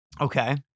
Okay